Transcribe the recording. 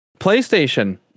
PlayStation